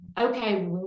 okay